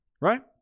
Right